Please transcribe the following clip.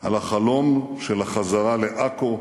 על החלום של החזרה לעכו,